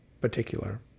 particular